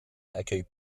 accueille